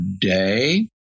day